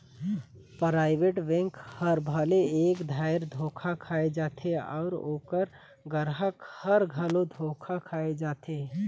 private bank हर भले एक धाएर धोखा खाए जाथे अउ ओकर गराहक हर घलो धोखा खाए जाथे